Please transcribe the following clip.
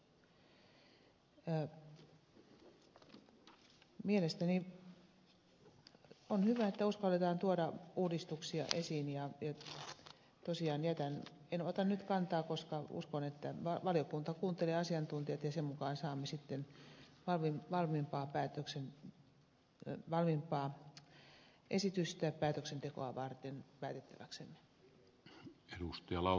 mielestäni on hyvä että uskalletaan tuoda uudistuksia esiin ja tosiaan en ota nyt kantaa koska uskon että valiokunta kuuntelee asiantuntijoita ja sen mukaan saamme sitten valmiimpaa esitystä päätettäväksemme